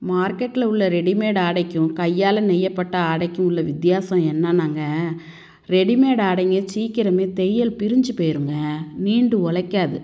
மார்க்கெட்டில் உள்ள ரெடிமேட் ஆடைக்கும் கையால் நெய்யப்பட்ட ஆடைக்கும் உள்ள வித்தியாசம் என்னென்னாங்க ரெடிமேட் ஆடைங்க சீக்கிரமே தைய்யல் பிரிஞ்சு போயிருங்க நீண்டு உழைக்காது